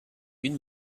une